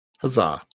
Huzzah